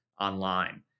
online